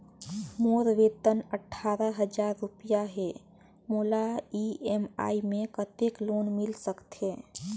मोर वेतन अट्ठारह हजार रुपिया हे मोला ई.एम.आई मे कतेक लोन मिल सकथे?